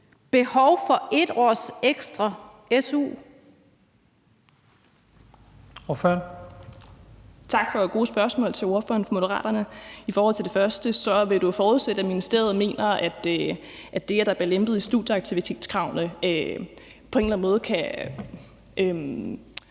behov for 1 års ekstra su.